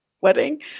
wedding